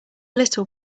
little